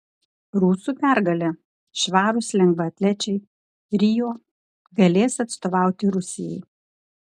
rusų pergalė švarūs lengvaatlečiai rio galės atstovauti rusijai